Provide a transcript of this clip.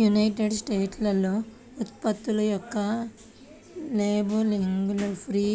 United స్టేట్స్లో ఉత్పత్తుల యొక్క లేబులింగ్ను ఫ్రీ